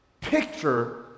picture